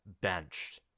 benched